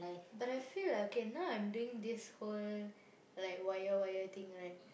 but I feel like okay now I'm doing this whole like wire wire thing right